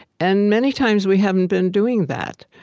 and many times, we haven't been doing that.